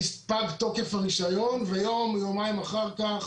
פג תוקף הרישיון ויום-יומיים אחר כך